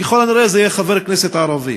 ככל הנראה זה יהיה חבר כנסת ערבי,